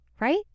right